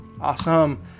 Awesome